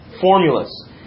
formulas